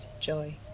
joy